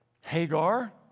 Hagar